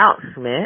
announcement